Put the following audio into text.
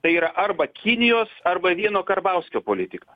tai yra arba kinijos arba vieno karbauskio politika